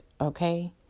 okay